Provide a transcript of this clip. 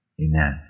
Amen